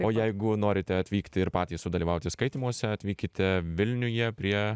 o jeigu norite atvykti ir patys sudalyvauti skaitymuose atvykite vilniuje prie